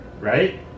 right